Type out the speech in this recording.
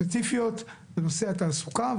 ספציפיות בנושא התעסוקה.